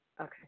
Okay